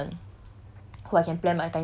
sort of I have one person